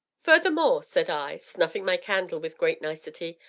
furthermore, said i, snuffing my candle with great nicety,